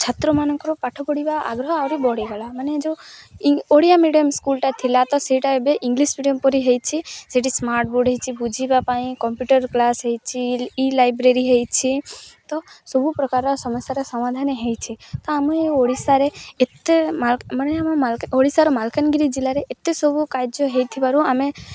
ଛାତ୍ରମାନଙ୍କର ପାଠ ପଢ଼ିବା ଆଗ୍ରହ ଆହୁରି ବଢ଼ିଗଲା ମାନେ ଯେଉଁ ଓଡ଼ିଆ ମିଡ଼ିୟମ୍ ସ୍କୁଲ୍ଟା ଥିଲା ତ ସେଇଟା ଏବେ ଇଂଲିଶ ମିଡ଼ିୟମ୍ ପରି ହୋଇଛି ସେଠି ସ୍ମାର୍ଟ ବୋର୍ଡ଼ ହୋଇଛି ବୁଝିବା ପାଇଁ କମ୍ପ୍ୟୁଟର କ୍ଲାସ୍ ହୋଇଛି ଇ ଲାଇବ୍ରେରୀ ହୋଇଛି ତ ସବୁ ପ୍ରକାର ସମସ୍ୟାର ସମାଧାନ ହୋଇଛି ତ ଆମେ ଏ ଓଡ଼ିଶାରେ ଏତେ ମାନେ ଆମ ଓଡ଼ିଶାର ମାଲକାନଗିରି ଜିଲ୍ଲାରେ ଏତେ ସବୁ କାର୍ଯ୍ୟ ହୋଇଥିବାରୁ ଆମେ